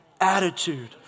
attitude